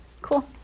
Cool